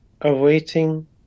awaiting